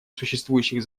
существующих